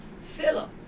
Philip